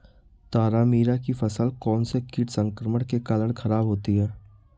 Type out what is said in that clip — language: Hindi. तारामीरा की फसल कौनसे कीट संक्रमण के कारण खराब होती है?